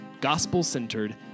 gospel-centered